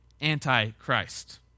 anti-Christ